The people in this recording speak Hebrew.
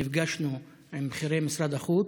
נפגשנו עם בכירי משרד החוץ,